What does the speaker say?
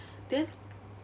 then